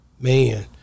Man